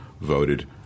voted